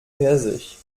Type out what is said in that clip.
persisch